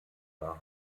waren